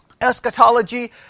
eschatology